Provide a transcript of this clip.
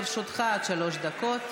לרשותך עד שלוש דקות.